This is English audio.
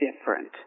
different